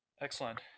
excellent